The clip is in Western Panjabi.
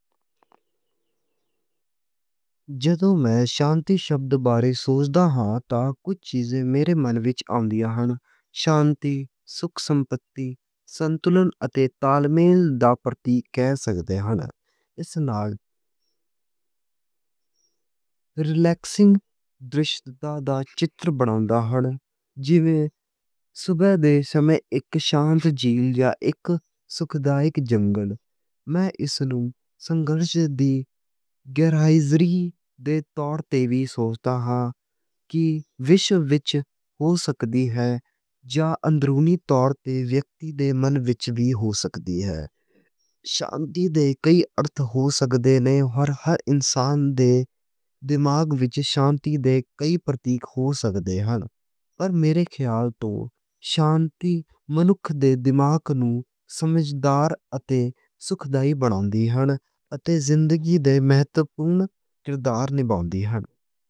جدوں میں شانتی شبد بارے سوچدا ہاں تاں کجھ چیزاں میرے من وچ آندیاں ہن۔ شانتی سُکھ سمپتی سنتُلن اتے تال میل دا پرتیک کہہ سکدے ہن۔ اس نال ریلکسنگ درِش دا چِتر بناؤندا ہے۔ جیویں صبح دے سمے اک شانت جھیل جاں اک سُکھ دا اک جنگل۔ میں اس نوں سنگھرش دی گہرائی چ دے طور تے وی سوچدا ہاں کہ وشو وچ ہو سکدی ہے۔ جا اندرونی طور تے ویکتی دے من وچ وی ہو سکدی ہے۔ شانتی دے کئی ارتھ ہو سکدے نیں تے ہر انسان دے دماغ وچ شانتی دے کئی پرتیک ہو سکدے ہن۔ پر میرے خیال توں شانتی منکھ دے دماغ نوں سمجھنہار اتے سُکھدائی بناؤندی ہے۔ اتے زندگی دے مہتوپورن کردارا نبھاؤندی ہے۔